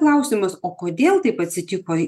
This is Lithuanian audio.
klausimas o kodėl taip atsitiko